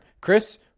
Chris